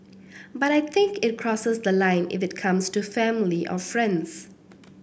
but I think it crosses the line if it comes to family or friends